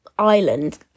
island